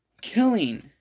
killing